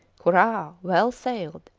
hurrah! well sailed!